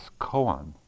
koan